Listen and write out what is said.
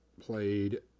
played